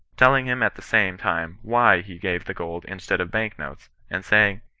telling him at the same time why he gave the gold instead of bank-notes and saying,